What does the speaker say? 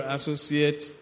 Associates